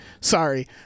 sorry